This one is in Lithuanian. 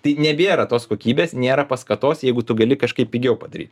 tai nebėra tos kokybės nėra paskatos jeigu tu gali kažkaip pigiau padaryt